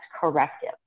corrective